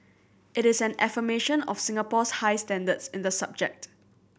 it is an affirmation of Singapore's high standards in the subject